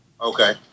Okay